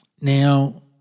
Now